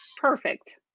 perfect